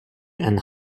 and